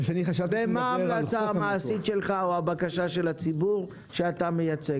ומה ההמלצה המעשית שלך או הבקשה של הציבור שאתה מייצג.